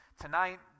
tonight